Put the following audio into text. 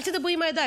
אל תדברי עם הידיים.